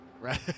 right